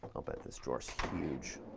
bet this drawer's huge.